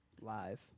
Live